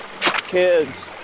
kids